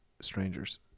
strangers